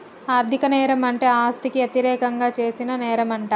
ఆర్ధిక నేరం అంటే ఆస్తికి యతిరేకంగా చేసిన నేరంమంట